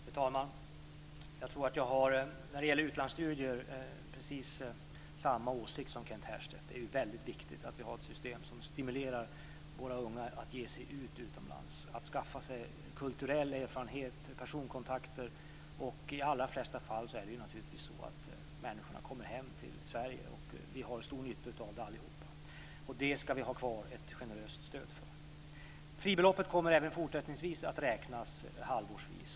Fru talman! Jag tror att jag när det gäller utlandsstudier har precis samma åsikt som Kent Härstedt. Det är väldigt viktigt att vi har ett system som stimulerar våra unga att ge sig av utomlands för att skaffa sig kulturell erfarenhet och personkontakter. Och i de allra flesta fall kommer dessa människor hem till Sverige igen, och vi har då alla stor nytta av detta. Vi ska därför ha kvar ett generöst stöd för detta. Fribeloppet kommer även i fortsättningen att räknas halvårsvis.